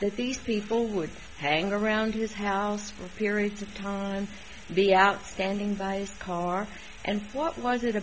that these people would hang around his house for periods of time and be outstanding by car and what was it